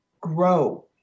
grow